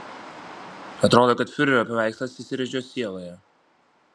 atrodo kad fiurerio paveikslas įsirėžė jo sieloje